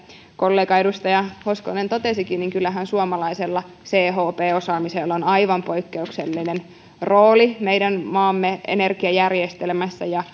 kollega edustaja hoskonen totesikin kyllähän suomalaisella chp osaamisella on aivan poikkeuksellinen rooli meidän maamme energiajärjestelmässä ja